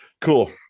Cool